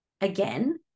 again